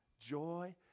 joy